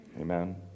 Amen